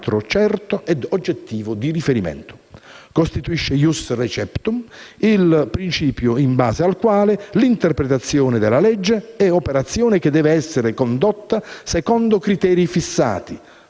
il principio in base al quale l'interpretazione della legge è operazione che deve essere condotta secondo criteri fissati